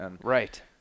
Right